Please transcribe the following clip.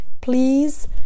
Please